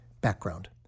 Background